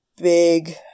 big